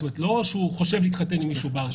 זאת אומרת, לא שהוא חושב להתחתן עם מישהו בארץ.